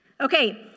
Okay